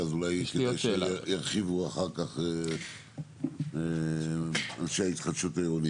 אולי ירחיבו אחר כך אנשי ההתחדשות העירונית.